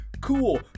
cool